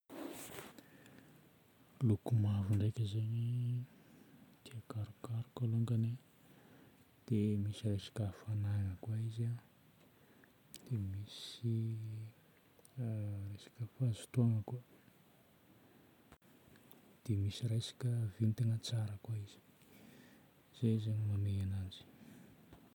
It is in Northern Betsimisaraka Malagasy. Loko mavo ndraika zagny tia karokaroka alongany, dia misy resaka hafagnana koa izy, dia misy resaka fahazotoagna koa, dia misy resaka vintana tsara koa izy. Zay zagny mamehy ananjy